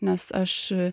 nes aš